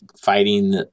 fighting